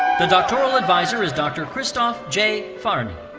the doctoral advisor is dr. christoph j. fahrni.